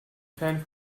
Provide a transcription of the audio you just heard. fan